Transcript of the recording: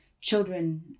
children